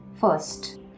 first